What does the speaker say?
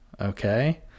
okay